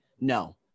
No